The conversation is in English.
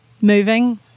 moving